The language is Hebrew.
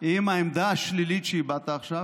עם העמדה השלילית שהבעת עכשיו?